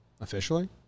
officially